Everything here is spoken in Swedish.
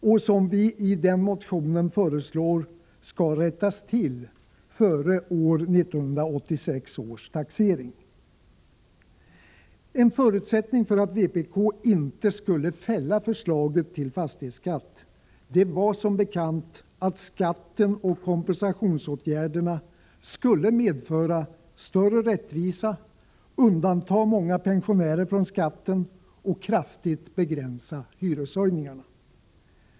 I motionen föreslår vi att bristerna skall rättas till före 1986 års taxering. En förutsättning för att vpk inte skulle fälla förslaget till fastighetsskatt var som bekant att skatten och kompensationsåtgärderna skulle medföra större rättvisa, undanta många pensionärer från skatten och kraftigt begränsa hyreshöjningarna.